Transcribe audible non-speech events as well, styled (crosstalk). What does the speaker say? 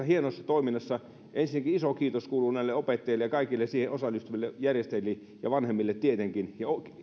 (unintelligible) hienosta toiminnasta ensinnäkin iso kiitos kuuluu näille opettajille ja kaikille siihen osallistuville järjestäjille ja vanhemmille tietenkin